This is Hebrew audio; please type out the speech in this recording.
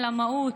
אלא מהות,